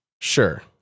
Sure